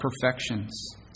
perfections